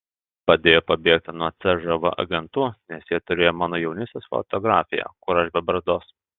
padėjo pabėgti nuo cžv agentų nes jie turėjo mano jaunystės fotografiją kur aš be barzdos